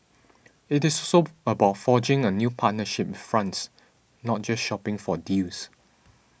it is soap about forging a new partnership with France not just shopping for deals